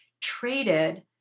traded